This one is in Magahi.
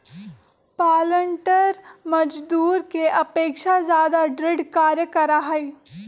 पालंटर मजदूर के अपेक्षा ज्यादा दृढ़ कार्य करा हई